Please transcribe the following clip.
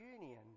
union